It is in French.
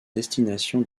destinations